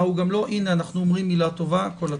הנה אנחנו אומרים מילה טובה, כל הכבוד.